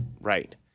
right